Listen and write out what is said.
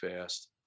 fast